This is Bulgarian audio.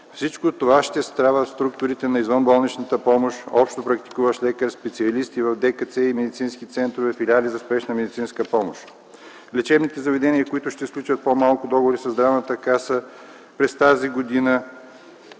Всичко това ще правят структурите на извънболничната медицинска помощ, общопрактикуващите лекари, специалисти в ДКЦ и в медицинските центрове и филиали за спешна медицинска помощ. Лечебните заведения ще сключват по-малко договори със Здравната каса през тази година.